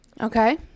Okay